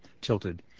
tilted